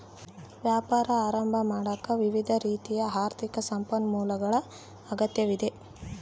ವ್ಯಾಪಾರ ಆರಂಭ ಮಾಡಾಕ ವಿವಿಧ ರೀತಿಯ ಆರ್ಥಿಕ ಸಂಪನ್ಮೂಲಗಳ ಅಗತ್ಯವಿದೆ